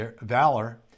valor